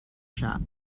shop